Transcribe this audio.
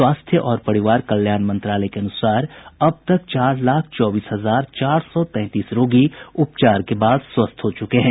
स्वास्थ्य और परिवार कल्याण मंत्रालय के अनुसार अब तक चार लाख चौबीस हजार चार सौ तैंतीस रोगी उपचार के बाद स्वस्थ हो चुके हैं